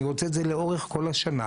אני רוצה את זה לאורך כל השנה.